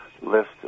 list